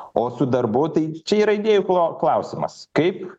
o su darbuotojai čia yra idėjų kla klausimas kaip